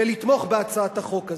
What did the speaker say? ולתמוך בהצעת החוק הזאת.